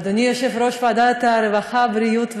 אדוני יושב-ראש ועדת העבודה, הרווחה והבריאות,